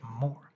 more